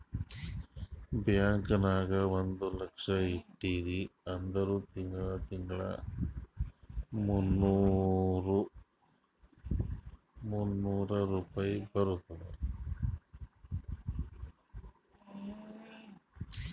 bank ನಾಗ್ ಒಂದ್ ಲಕ್ಷ ಇಟ್ಟಿರಿ ಅಂದುರ್ ತಿಂಗಳಾ ತಿಂಗಳಾ ಮೂನ್ನೂರ್ ರುಪಾಯಿ ಬರ್ತುದ್